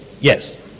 Yes